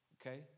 okay